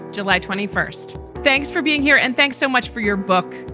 july twenty first. thanks for being here and thanks so much for your book.